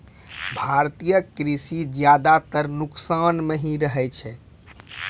भारतीय कृषि ज्यादातर नुकसान मॅ ही रहै छै